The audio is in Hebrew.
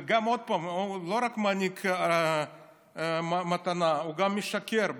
וגם, עוד פעם, הוא לא רק מעניק מתנה, הוא גם משקר.